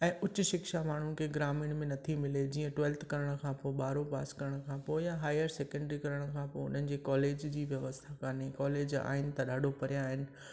ऐं उच शिक्षा माण्हुनि खे ग्रामीण में नथी मिले जीअं ट्वैल्थ करण खां पोइ ॿारहं पास करण खां पोइ या हायर सैकेंडरी करण खां पोइ उन्हनि जी कॉलेज जी व्यवस्था कोन्हे कॉलेज आहिनि त ॾाढो परियां आहिनि